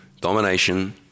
domination